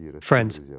friends